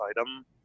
item